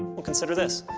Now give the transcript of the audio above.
well consider this.